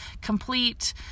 complete